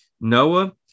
Noah